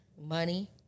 money